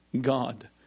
God